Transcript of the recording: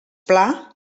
pla